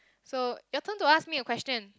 so your turn to ask me a question